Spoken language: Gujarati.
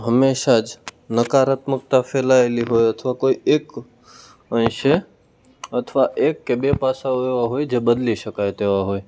હંમેશા જ નકારાત્મકતા ફેલાયેલી હોય અથવા તો એક અંશે અથવા એક કે બે પાસાઓ એવા હોય કે જે બદલી શકાય તેવા હોય છે